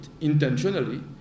intentionally